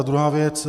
A druhá věc.